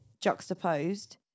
juxtaposed